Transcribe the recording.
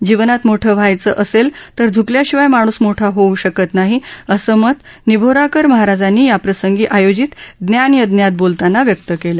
जीवनात मोठं व्हायच असेल तर तो झुकल्या शिवाय माणूस मोठा होऊ शकत नाही असं मत निभोराकर महाराजांनी याप्रसंगी आयोजित ज्ञान यज्ञात बोलताना व्यक्त केलं